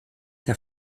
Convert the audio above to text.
der